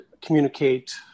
communicate